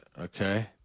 okay